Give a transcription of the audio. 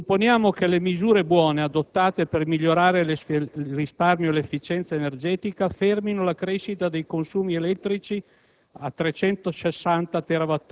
L'Unione ha assunto nel proprio programma elettorale l'obiettivo della direttiva europea del 25 per cento del consumo interno lordo entro il 2010 con fonti rinnovabili.